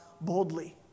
boldly